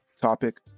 Topic